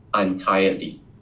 entirely